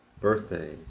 birthday